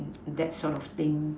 that sort of thing